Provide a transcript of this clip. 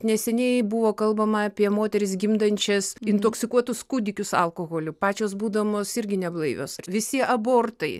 neseniai buvo kalbama apie moteris gimdančias intoksikuotus kūdikius alkoholiu pačios būdamos irgi neblaivios visi abortai